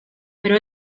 pero